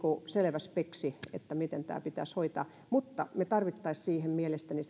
selvä speksi miten tämä pitäisi hoitaa mutta me tarvitsisimme siihen mielestäni